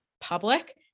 public